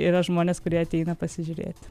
yra žmonės kurie ateina pasižiūrėti